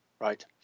Right